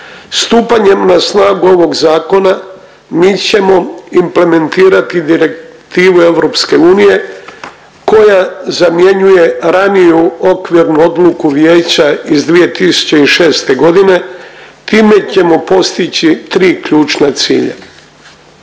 Stupanjem na snagu ovog zakona mi ćemo implementirati direktivu EU koja zamjenjuje raniju okvirnu odluku vijeća iz 2006.g. time ćemo postići tri ključna cilja.